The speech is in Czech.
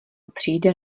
přijde